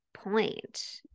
point